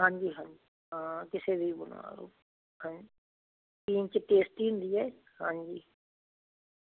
ਹਾਂਜੀ ਹਾਂਜੀ ਹਾਂ ਕਿਸੇ ਵੀ ਬਣਾ ਲਓ ਹਾਂ ਪੀਣ 'ਚ ਟੇਸਟੀ ਹੁੰਦੀ ਹੈ ਹਾਂਜੀ